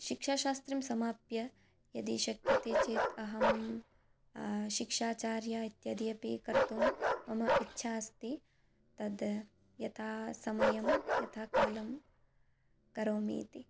शिक्षाशास्त्रिं समाप्य यदि शक्यते चेत् अहं शिक्षाचार्य इत्यादि अपि कर्तुं मम इच्छा अस्ति तद् यथासमयं यथाकालं करोमि इति